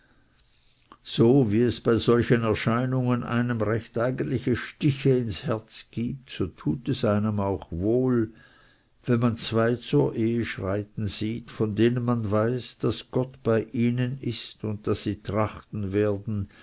so wie es bei solchen erscheinungen einem recht eigentliche stiche ins herz gibt so tut es einem auch wohl wenn man zwei zur ehe schreiten sieht von denen man weiß daß gott bei ihnen ist und daß sie trachten werden